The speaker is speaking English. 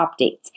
updates